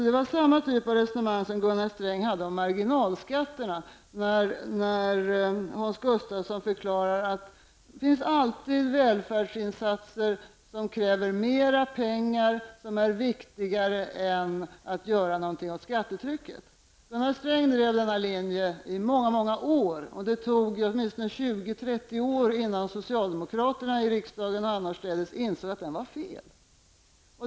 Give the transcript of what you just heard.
Det är samma typ av resonemang som Gunnar Sträng förde om marginalskatterna när Hans Gustafsson förklarar att det alltid finns välfärdsinsatser som kräver mer pengar och som är viktigare än att göra någonting åt skattetrycket. Gunnar Sträng drev denna linje i många år. Det tog åtminstone 20--30 år innan socialdemokraterna i riksdagen och annorstädes insåg att den var fel.